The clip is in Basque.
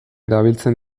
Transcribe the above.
erabiltzen